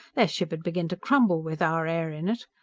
their ship'd begin to crumble with our air in it!